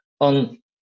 on